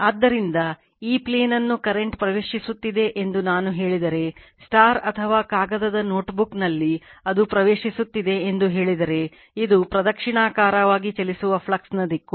ಆದ್ದರಿಂದ ಈ ಪ್ಲೇನ್ ಅನ್ನು ಕರೆಂಟ್ ಪ್ರವೇಶಿಸುತ್ತಿದೆ ಎಂದು ನಾನು ಹೇಳಿದರೆ ಅಥವಾ ಕಾಗದದ ನೋಟ್ಬುಕ್ನಲ್ಲಿ ಅದು ಪ್ರವೇಶಿಸುತ್ತಿದೆ ಎಂದು ಹೇಳಿದರೆ ಇದು ಪ್ರದಕ್ಷಿಣಾಕಾರವಾಗಿ ಚಲಿಸುವ ಫ್ಲಕ್ಸ್ನ ದಿಕ್ಕು